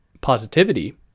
positivity